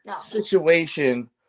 situation